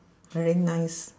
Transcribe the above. very nice